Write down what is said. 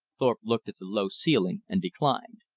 thorpe looked at the low ceiling, and declined.